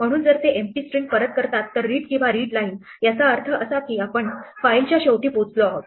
म्हणून जर ते एम्पटी स्ट्रिंग परत करतात तर रिड किंवा रिडलाईन याचा अर्थ असा की आपण फाईलच्या शेवटी पोहोचलो आहोत